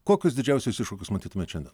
kokius didžiausius iššūkius matytumėt šiandien